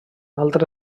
altre